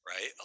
right